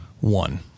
One